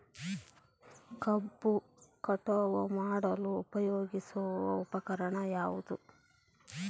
ಕಬ್ಬು ಕಟಾವು ಮಾಡಲು ಉಪಯೋಗಿಸುವ ಉಪಕರಣ ಯಾವುದು?